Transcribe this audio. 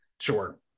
sure